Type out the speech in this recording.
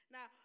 Now